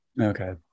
Okay